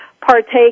partake